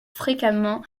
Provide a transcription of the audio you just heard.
fréquemment